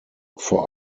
vor